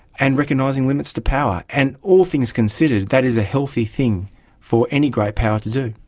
and recognising limits to power. and all things considered, that is a healthy thing for any great power to do.